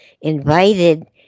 invited